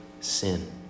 sin